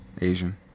asian